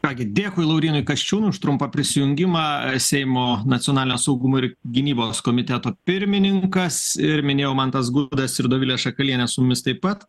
ką gi dėkui laurynui kasčiūnui už trumpą prisijungimą seimo nacionalinio saugumo ir gynybos komiteto pirmininkas ir minėjau mantas gudas ir dovilė šakalienė su mumis taip pat